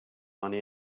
money